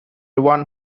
one